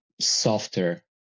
softer